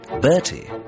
Bertie